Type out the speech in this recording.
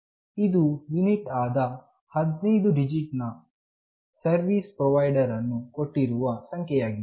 ಇದು ಯುನಿಕ್ ಆದ 15 ಡಿಜಿಟ್ ನ ಸರ್ವೀಸ್ ಪ್ರೊವೈಡರ್ ನು ಕೊಟ್ಟಿರುವ ಸಂಖ್ಯೆಯಾಗಿದೆ